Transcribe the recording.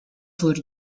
for